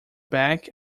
back